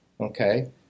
okay